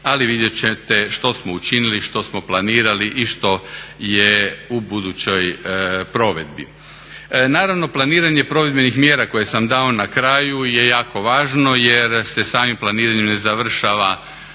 ali vidjet ćete što smo učinili, što smo planirali i što je u budućoj provedbi. Naravno, planiranje provedbenih mjera koje sam dao na kraju je jako važno jer se samim planiranjem završava